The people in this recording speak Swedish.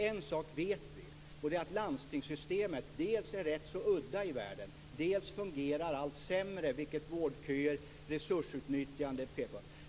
En sak vet vi, och det är att landstingssystemet dels är rätt så udda i världen, dels fungerar allt sämre, vilket vårdköer och resursutnyttjande pekar på.